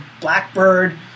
Blackbird